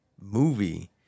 movie